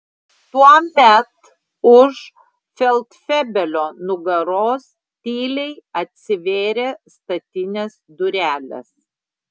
tuomet už feldfebelio nugaros tyliai atsivėrė statinės durelės